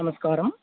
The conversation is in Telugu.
నమస్కారం